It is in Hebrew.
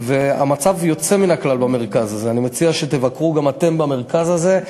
והמצב יוצא מן הכלל במרכז הזה.